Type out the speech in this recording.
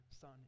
Son